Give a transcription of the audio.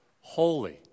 Holy